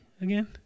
again